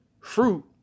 fruit